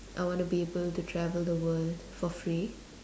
I wanna be able to travel the world for free